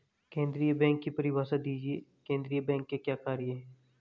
केंद्रीय बैंक की परिभाषा दीजिए केंद्रीय बैंक के क्या कार्य हैं?